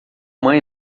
mãe